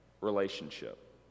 relationship